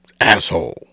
asshole